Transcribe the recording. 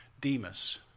Demas